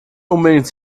unbedingt